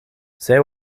zij